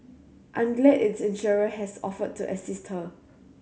I'm glad its insurer has offered to assist her